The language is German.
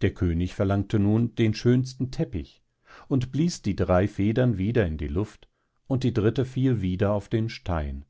der könig verlangte nun den schönsten teppich und blies die drei federn wieder in die luft und die dritte fiel wieder auf den stein